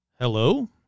Hello